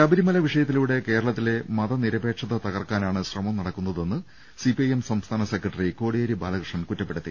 ശബരിമല വിഷയത്തിലൂടെ കേരളത്തിലെ മതനിരപേക്ഷത തകർക്കാനാണ് ശ്രമം നടക്കുന്നതെന്ന് സിപിഐഎം സംസ്ഥാന സെക്രട്ടറി കോടിയേരി ബാലകൃഷ്ണൻ കുറ്റപ്പെടുത്തി